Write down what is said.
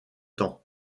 temps